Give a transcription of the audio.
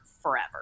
forever